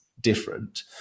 different